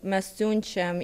mes siunčiam